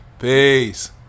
Peace